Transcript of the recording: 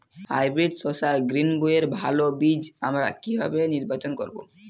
Hybrid শসা গ্রীনবইয়ের ভালো বীজ আমরা কিভাবে নির্বাচন করব?